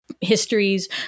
histories